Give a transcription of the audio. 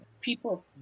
People